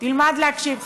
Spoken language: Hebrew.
תלמד להקשיב,